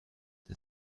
the